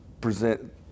present